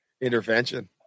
Intervention